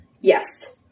Yes